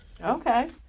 Okay